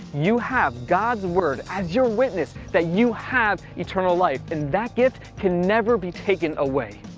you have god's word as your witness, that you have eternal life and that gift can never be taken away!